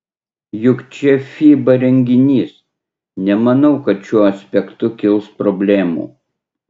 juk čia fiba renginys nemanau kad šiuo aspektu kils problemų